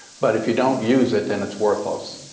but if you don't use it, then it's worthless.